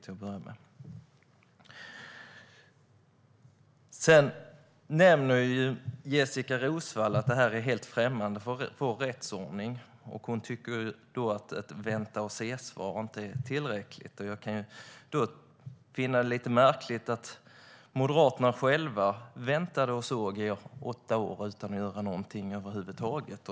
Jessika Roswall nämner att det är helt främmande för vår rättsordning och tycker att ett vänta-och-se-svar inte är tillräckligt. Då finner jag det lite märkligt att Moderaterna själva väntade och såg i åtta år utan att göra något över huvud taget.